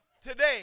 today